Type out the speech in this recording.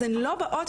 אז הן לא באות,